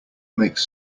makes